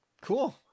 cool